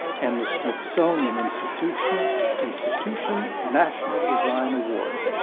and the smithsonian institution um institution national design award,